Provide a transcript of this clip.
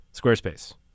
Squarespace